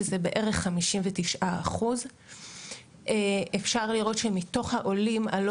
שזה בערך 59%. אפשר לראות שמתוך העולים הלא